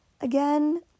Again